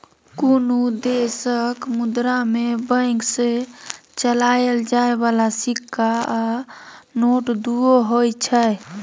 कुनु देशक मुद्रा मे बैंक सँ चलाएल जाइ बला सिक्का आ नोट दुओ होइ छै